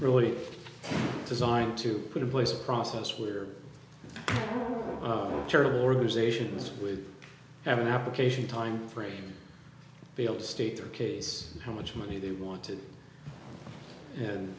really designed to put in place a process where charitable organizations would have an application time frame be able to state their case how much money they wanted and